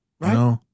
Right